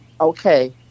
Okay